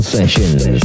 Sessions